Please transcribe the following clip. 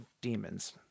demons